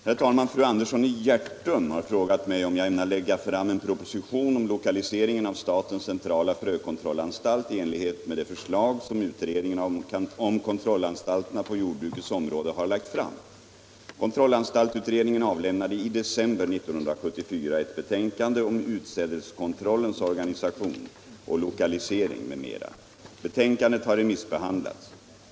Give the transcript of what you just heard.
Herr talman! Fru Andersson i Hjärtum har frågat mig om jag ämnar lägga fram en proposition om lokaliseringen av statens centrala frökontrollanstalt i enlighet med det förslag som utredningen om kontrollanstalterna på jordbrukets område har lagt fram. Kontrollanstaltutredningen avlämnade i december 1974 ett betänkande om utsädeskontrollens organisation och lokalisering m.m. Betänkandet har remissbehandlats.